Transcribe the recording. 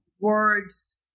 words